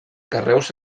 carreus